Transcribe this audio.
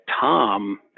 Tom